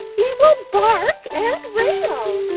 he will bark and rail,